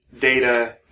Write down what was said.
data